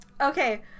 okay